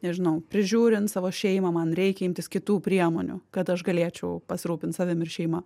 nežinau prižiūrint savo šeimą man reikia imtis kitų priemonių kad aš galėčiau pasirūpint savim ir šeima